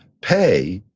pay